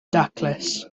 daclus